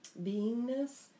beingness